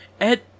Ed